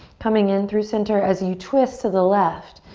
coming in through center as you twist to the left.